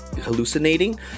hallucinating